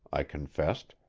i confessed.